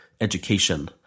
education